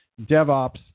DevOps